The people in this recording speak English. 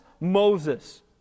Moses